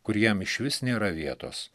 kur jam išvis nėra vietos